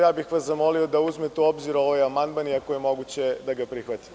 Ja bih vas zamolio da uzmete u obzir ovaj amandman i ako je moguće da ga prihvatite.